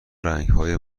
رنگهای